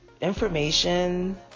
information